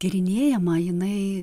tyrinėjamą jinai